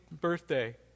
birthday